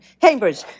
Cambridge